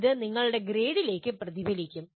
ഇത് നിങ്ങളുടെ ഗ്രേഡിലേക്ക് പ്രതിഫലിക്കും